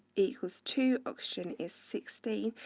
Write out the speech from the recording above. equals two. oxygen is sixteen,